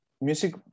music